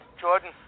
Jordan